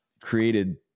created